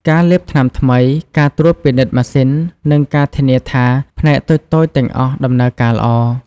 ការលាបថ្នាំថ្មី ការត្រួតពិនិត្យម៉ាស៊ីន និងការធានាថាផ្នែកតូចៗទាំងអស់ដំណើរការល្អ។